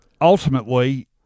Ultimately